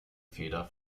feder